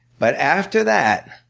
but after that,